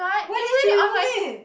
why didn't you remove it